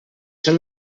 són